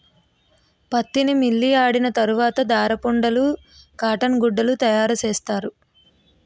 పత్తిని మిల్లియాడిన తరవాత దారపుండలు కాటన్ గుడ్డలు తయారసేస్తారు